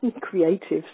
creative